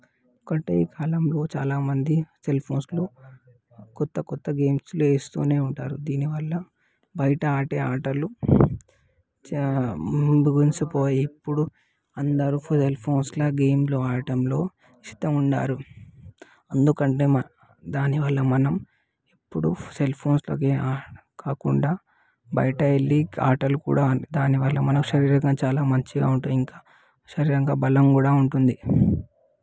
ఒకటే కాలంలో చాలామంది సెల్ ఫోన్స్లో కొత్త కొత్త గేమ్స్ లేస్తూనే ఉంటారు దీనివల్ల బయట ఆడే ఆటలు చా ముందు గురించి పోయి ఇప్పుడు అందరూ ఫోన్స్లో గేమ్స్ ఆడడంలో ఇష్టం ఉన్నారు ఎందుకంటే మ దాని వల్ల మనం ఇప్పుడు సెల్ ఫోన్స్లో గేమ్ కాకుండా బయట వెళ్లి ఆడాలి కూడా దానివల్ల మన శరీరకంగా చాలా మంచిగా ఉంటుంది ఇంకా శారీరక బలం కూడా ఉంటుంది